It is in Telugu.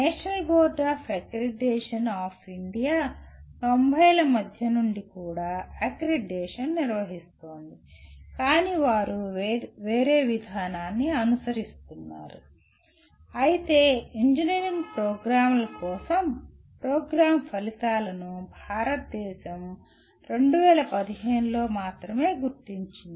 national board of accreditation of India 90 ల మధ్య నుండి కూడా అక్రిడిటేషన్ నిర్వహిస్తోంది కానీ వారు వేరే విధానాన్ని అనుసరిస్తున్నారు అయితే ప్రస్తుతం మనం చూస్తాము అయితే ఇంజనీరింగ్ ప్రోగ్రామ్ల కోసం ప్రోగ్రామ్ ఫలితాలను భారతదేశం 2015 లో మాత్రమే గుర్తించింది